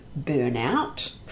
burnout